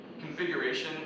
configuration